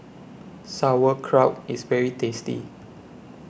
Sauerkraut IS very tasty